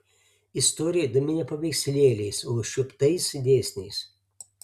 istorija įdomi ne paveikslėliais o užčiuoptais dėsniais